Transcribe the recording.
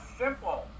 simple